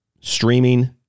streaming